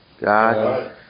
God